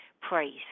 Praise